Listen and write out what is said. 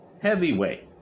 heavyweight